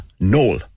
Noel